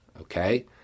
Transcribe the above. okay